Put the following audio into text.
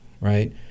right